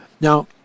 Now